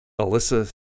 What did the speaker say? Alyssa